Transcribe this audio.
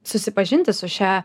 susipažinti su šia